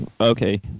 Okay